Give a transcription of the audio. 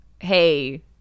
hey